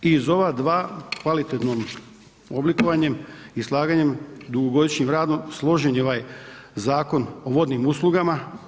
Iz ova dva, kvalitetnim oblikovanjem i slaganjem dugogodišnjim radom, složen je ovaj Zakon o vodnim uslugama.